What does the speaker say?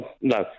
No